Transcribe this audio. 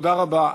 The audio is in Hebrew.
תודה רבה.